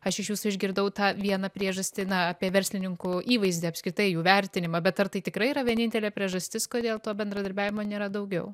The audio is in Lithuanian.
aš iš jūsų išgirdau tą vieną priežastį na apie verslininkų įvaizdį apskritai jų vertinimą bet ar tai tikrai yra vienintelė priežastis kodėl to bendradarbiavimo nėra daugiau